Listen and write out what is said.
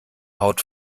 haut